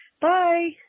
Bye